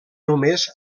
només